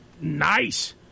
Nice